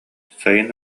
сайын